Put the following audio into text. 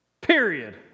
Period